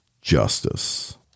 justice